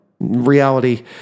reality